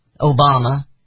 Obama